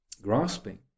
grasping